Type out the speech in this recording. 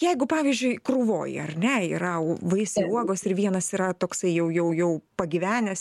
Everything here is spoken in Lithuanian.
jeigu pavyzdžiui krūvoj ar ne yra vaisiai uogos ir vienas yra toksai jau jau jau pagyvenęs